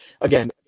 again